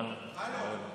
הלו.